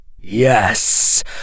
yes